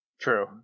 True